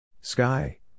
Sky